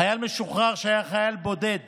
חייל משוחרר שהיה חייל בודד